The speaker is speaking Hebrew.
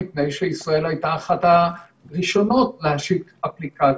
מפני שישראל הייתה אחת הראשונות להשיק אפליקציה.